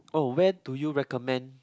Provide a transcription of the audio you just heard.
oh where do you recommend